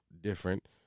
different